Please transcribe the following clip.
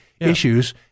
issues